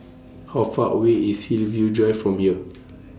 How Far away IS Hillview Drive from here